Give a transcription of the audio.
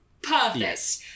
Perfect